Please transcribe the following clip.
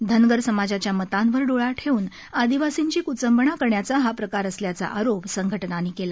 धनगर समाजाच्या मतांवर डोळा ठेव्न आदिवासींची क्चंबणा करण्याचा हा प्रकार असल्याचा आरोप संघटनांनी केला